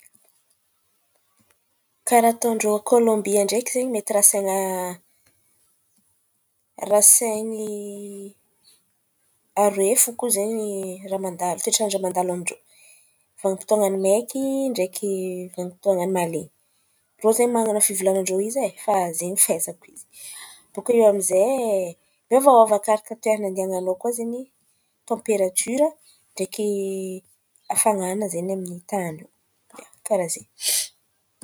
Karàha ataon-drô a Kôlombia ndraiky zen̈y mety rasain̈a rasain̈y aroe fo koa zen̈y raha mandalo, toetrandra mandalo amin-drô: vanim-potoan̈a ny maiky ndraiky vanim-potoan̈a ny malen̈y. Irô zen̈y manan̈a fivolan̈an-rô izy ai, fa karàha zen̈y fahaizako izy. Baka eo amy zay miôvaôva arakaraka tan̈y andianan̈ao koa ze tamperatiora ndraiky afanan̈a amin’io tan̈y io, ia, karàha ze.